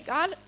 God